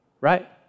right